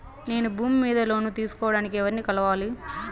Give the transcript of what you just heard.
నేను భూమి మీద లోను తీసుకోడానికి ఎవర్ని కలవాలి?